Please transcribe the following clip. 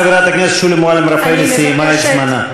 חברת הכנסת שולי מועלם-רפאלי סיימה את זמנה.